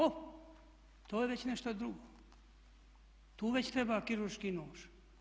O, to je već nešto drugo, tu već treba kirurški nož.